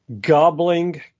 gobbling